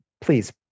please